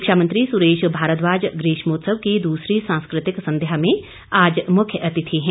शिक्षा मंत्री सुरेश भारद्वाज ग्रीष्मोत्सव की दूसरी सांस्कृतिक संध्या में आज मुख्यातिथि हैं